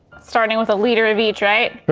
starting with a liter of each right?